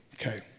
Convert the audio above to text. okay